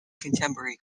contemporary